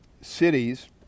cities